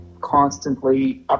constantly